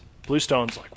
Bluestone's